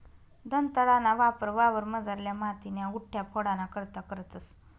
दंताळाना वापर वावरमझारल्या मातीन्या गुठया फोडाना करता करतंस